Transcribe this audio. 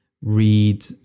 read